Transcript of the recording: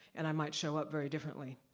and i might show up very differently.